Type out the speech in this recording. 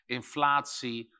inflatie